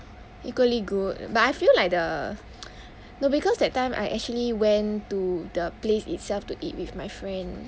equally good but I feel like the no because that time I actually went to the place itself to eat with my friend